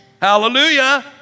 Hallelujah